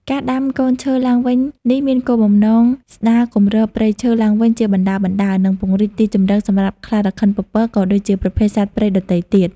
ការដាំកូនឈើឡើងវិញនេះមានគោលបំណង ស្តារគម្របព្រៃឈើ ឡើងវិញជាបណ្តើរៗ និង ពង្រីកទីជម្រក សម្រាប់ខ្លារខិនពពក ក៏ដូចជាប្រភេទសត្វព្រៃដទៃទៀត។